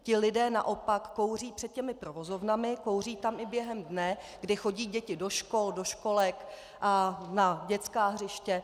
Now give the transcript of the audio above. Ti lidé naopak kouří před těmi provozovnami, kouří tam i během dne, kdy chodí děti do škol, do školek a na dětská hřiště.